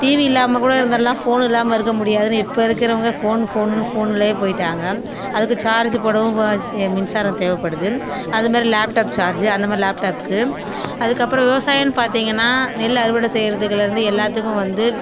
TV இல்லாமல் கூட இருந்துவிடலாம் ஃபோன் இல்லாமலாம் இருக்க முடியாதுன்னு இப்போ இருக்குறவங்க ஃபோனு ஃபோகனுன்னு ஃபோன்லயே போயிட்டாங்க அதுக்கு சார்ஜ் போடவும் மின்சாரம் தேவைப்படுது அது மாரி லேப்டாப் சார்ஜ் அந்த மாரி லேப்டாப்க்கு அதுக்கு அப்புறம் விவசாயம்ன்னு பார்த்தீங்கன்னா நெல் அறுவடை செய்யறதில் இருந்து எல்லாத்துக்கும் வந்து